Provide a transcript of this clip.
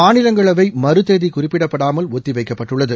மாநிலங்களவை மறுதேதி குறிப்பிடப்படாமல் ஒத்தி வைக்கப்பட்டுள்ளது